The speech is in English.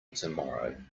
tomorrow